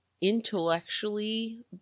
intellectually